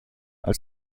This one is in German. als